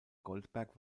goldberg